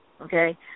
Okay